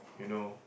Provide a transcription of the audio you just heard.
you know